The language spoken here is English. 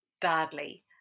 badly